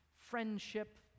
friendship